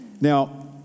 Now